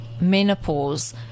menopause